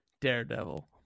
Daredevil